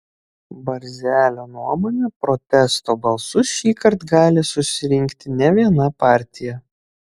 barzelio nuomone protesto balsus šįkart gali susirinkti ne viena partija